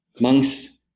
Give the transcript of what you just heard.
monks